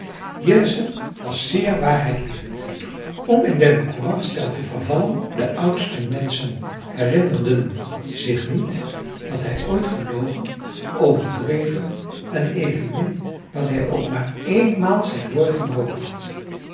jillessen was zeer waarheidlievend om in den courantenstijl te vervallen de oudste menschen herinnerden zich niet dat hij ooit gelogen overdreven en evenmin dat hij ook maar éénmaal zijn woord gebroken had